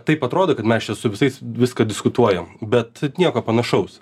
taip atrodo kad mes čia su visais viską diskutuojam bet nieko panašaus